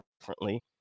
differently